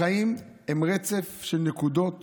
החיים הם רצף של נקודות